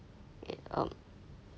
it um